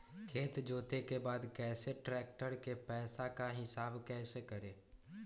खेत जोते के बाद कैसे ट्रैक्टर के पैसा का हिसाब कैसे करें?